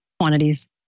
quantities